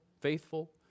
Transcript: faithful